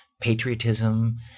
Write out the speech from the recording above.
patriotism